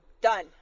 done